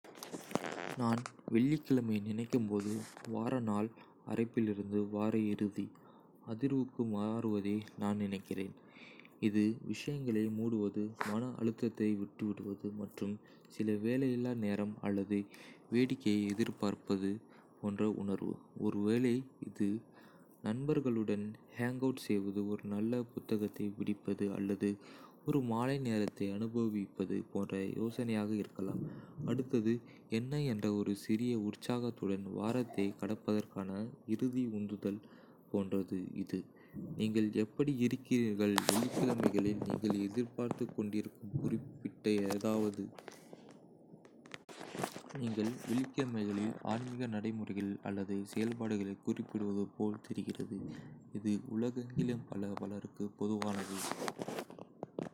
இன பன்முகத்தன்மை: கென்யா 40 க்கும் மேற்பட்ட தனித்துவமான இனக்குழுக்களைக் கொண்டுள்ளது, ஒவ்வொன்றும் அதன் சொந்த மொழி, பழக்கவழக்கங்கள் மற்றும் மரபுகளைக் கொண்டுள்ளது. சில முக்கிய இனக்குழுக்களில் Kikuyu, Luo, Luhya, Maasai, Kalenjin மற்றும் ஸ்வாஹிலி ஆகியவை அடங்கும். ஒவ்வொரு குழுவிற்கும் தனித்துவமான ஆடை, இசை, நடனம் மற்றும் திருவிழாக்கள் போன்ற தனித்துவமான கலாச்சார நடைமுறைகள் உள்ளன. இனப் பன்முகத்தன்மை என்பது நாட்டின் வரையறுக்கும் அம்சங்களில் ஒன்றாகும், இது வளமான மற்றும் பன்முக கலாச்சார பாரம்பரியத்திற்கு பங்களிக்கிறது.